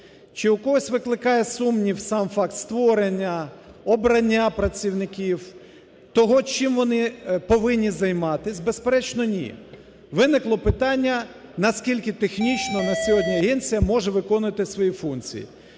Чи у когось викликає сумнів сам факт створення, обрання працівників, того, чим вони повинні займатися? Безперечно, ні. Виникло питання, наскільки технічно на сьогодні Агенція може виконувати свої функції.